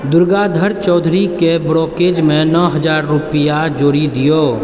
दुर्गाधर चौधरीके ब्रोक्रेजमे नओ हजार रुपैआ जोड़ि दिऔ